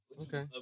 Okay